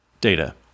Data